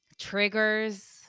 triggers